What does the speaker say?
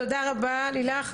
תודה רבה לילך.